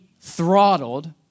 throttled